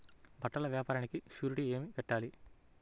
బట్టల వ్యాపారానికి షూరిటీ ఏమి పెట్టాలి?